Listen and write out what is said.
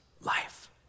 life